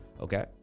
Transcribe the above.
Okay